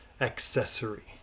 accessory